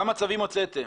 כמה צווים הוצאתם?